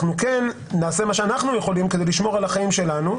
אנחנו כן נעשה מה שאנחנו יכולים כדי לשמור על החיים שלנו,